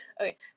Okay